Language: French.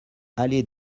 allée